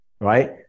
Right